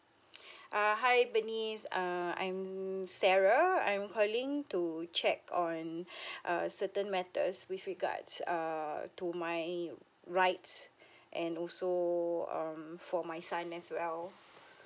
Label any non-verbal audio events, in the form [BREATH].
[BREATH] uh hi bernice uh I'm sarah I'm calling to check on err certain matters with regards err to my rights and also um for my son as well